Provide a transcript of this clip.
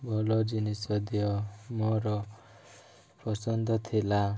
ଭଲ ଜିନିଷ ଦିଅ ମୋର ପସନ୍ଦ ଥିଲା